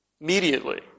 Immediately